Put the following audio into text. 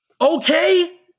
Okay